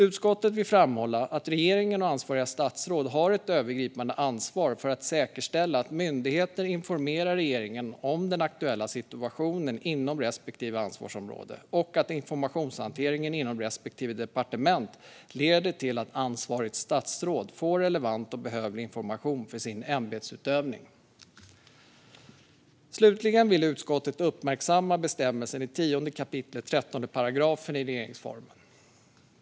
Utskottet vill framhålla att regeringen och ansvariga statsråd har ett övergripande ansvar för att säkerställa att myndigheter informerar regeringen om den aktuella situationen inom respektive ansvarsområde och att informationshanteringen inom respektive departement leder till att ansvarigt statsråd får för statsrådets ämbetsutövning relevant och behövlig information. Slutligen vill utskottet uppmärksamma bestämmelsen i 10 kap. 13 § regeringsformen.